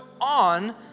on